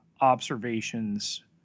observations